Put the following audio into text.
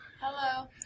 Hello